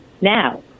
Now